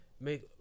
make